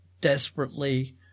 desperately